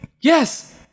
Yes